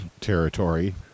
territory